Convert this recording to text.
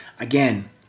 Again